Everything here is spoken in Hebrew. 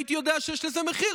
הייתי יודע שיש לזה מחיר,